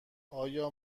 آیا